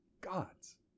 gods